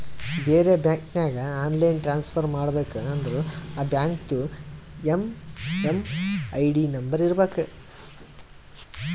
ಬೇರೆ ಬ್ಯಾಂಕ್ಗ online transfer ಮಾಡಬೇಕ ಅಂದುರ್ ಆ ಬ್ಯಾಂಕ್ದು ಎಮ್.ಎಮ್.ಐ.ಡಿ ನಂಬರ್ ಇರಬೇಕ